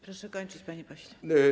Proszę kończyć, panie pośle.